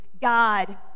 God